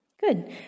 good